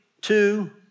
two